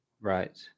Right